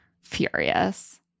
furious